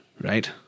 right